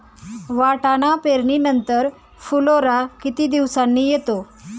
वाटाणा पेरणी नंतर फुलोरा किती दिवसांनी येतो?